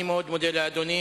אני מודה לאדוני.